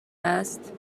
است